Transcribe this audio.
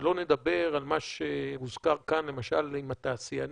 שלא נדבר על מה שהוזכר כאן למשל עם התעשיינים,